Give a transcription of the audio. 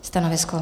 Stanovisko?